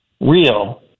real